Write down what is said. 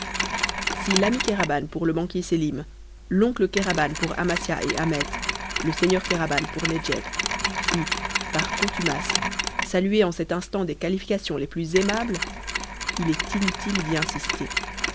si l'ami kéraban pour le banquier sélim l'oncle kéraban pour amasia et ahmet le seigneur kéraban pour nedjeb fut par contumace salué en cet instant des qualifications les plus aimables il est inutile d'y insister